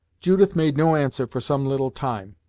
judith made no answer for some little time.